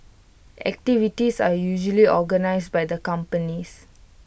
activities are usually organised by the companies